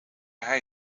hij